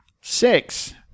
Six